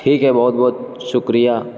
ٹھیک ہے بہت بہت شکریہ